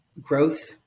growth